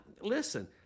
Listen